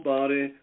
Body